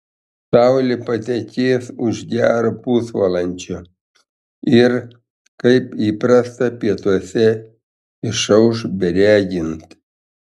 saulė patekės už gero pusvalandžio ir kaip įprasta pietuose išauš beregint